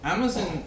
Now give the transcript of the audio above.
Amazon